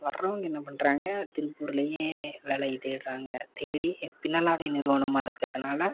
வரவங்க என்ன பண்ணுறாங்க திருப்பூர்லையே வேலையை தேடுறாங்க தேடி பின்னலாடை நிறுவனமாக இருக்கிறதுனால